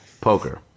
poker